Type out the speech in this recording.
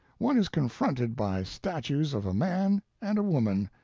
one is confronted by statues of a man and a woman,